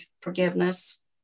forgiveness